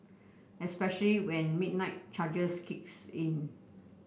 especially when midnight charges kicks in